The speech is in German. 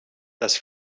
das